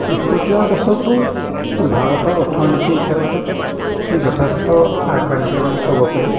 শেহতীয়া বছৰটোত ভাৰতৰ অৰ্থনীতিৰ ক্ষেত্ৰত যথেষ্ট আগবাঢ়িছে বুলি ক'ব পাৰি